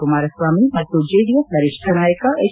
ಕುಮಾರಸ್ವಾಮಿ ಮತ್ತು ಜೆಡಿಎಸ್ ವರಿಷ್ಠ ನಾಯಕ ಎಚ್